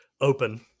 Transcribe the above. open